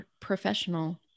professional